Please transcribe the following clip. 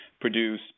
produce